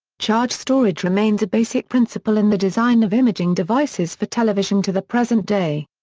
charge storage remains a basic principle in the design of imaging devices for television to the present day.